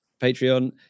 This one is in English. Patreon